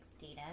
Data